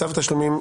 צו תשלומים,